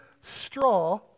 straw